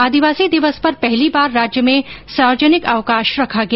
आदिवासी दिवस पर पहली बार राज्य में सार्वजनिक अवकाश रखा गया